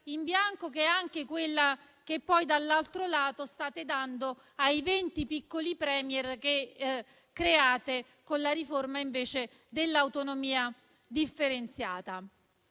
bianco, che è anche quella che poi, dall'altro lato, state dando ai venti piccoli *Premier* che create con la riforma dell'autonomia differenziata.